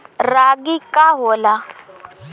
रागी का होला?